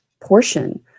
portion